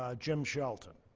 ah jim shelton,